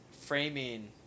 framing